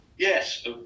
Yes